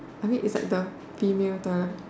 I mean is like the female toilet